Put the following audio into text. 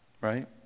right